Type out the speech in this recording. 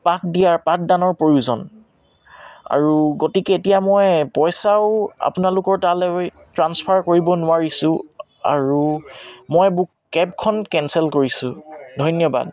পাঠ দিয়াৰ পাঠদানৰ প্ৰয়োজন আৰু গতিকে এতিয়া মই পইচাও আপোনালোকৰ তালৈ ট্ৰাঞ্চফাৰ কৰিব নোৱাৰিছোঁ আৰু মই বুক কেবখন কেনচেল কৰিছোঁ ধন্যবাদ